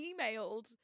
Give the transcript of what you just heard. emailed